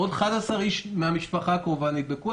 עוד 11 אנשים מן המשפחה הקרובה נדבקו.